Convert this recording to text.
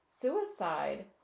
suicide